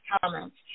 comments